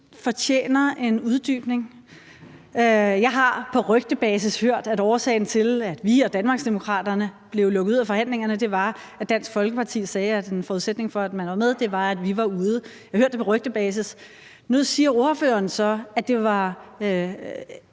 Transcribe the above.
fortjener en uddybning. Jeg har på rygtebasis hørt, at årsagen til, at vi og Danmarksdemokraterne blev lukket ude af forhandlingerne, var, at Dansk Folkeparti sagde, at en forudsætning for, at man var med, var, at vi var ude. Jeg har hørt det på rygtebasis. Nu siger ordføreren så, at det ikke